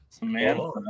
Man